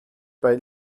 bei